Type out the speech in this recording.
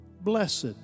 Blessed